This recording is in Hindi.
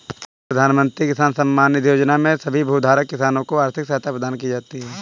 प्रधानमंत्री किसान सम्मान निधि योजना में सभी भूधारक किसान को आर्थिक सहायता प्रदान की जाती है